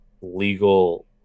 legal